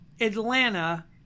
atlanta